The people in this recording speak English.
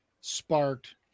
sparked